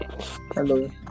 Hello